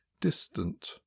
distant